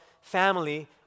family